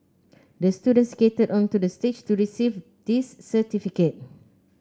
the student skated onto the stage to receive this certificate